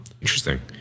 Interesting